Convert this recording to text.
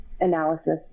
Analysis